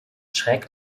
schräg